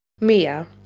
Mia